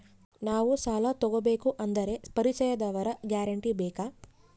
ನಾವು ಸಾಲ ತೋಗಬೇಕು ಅಂದರೆ ಪರಿಚಯದವರ ಗ್ಯಾರಂಟಿ ಬೇಕಾ?